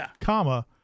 comma